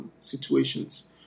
situations